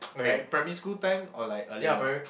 like primary school time or like earlier